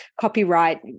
copyright